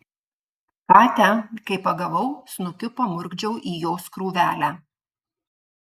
katę kai pagavau snukiu pamurkdžiau į jos krūvelę